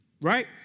right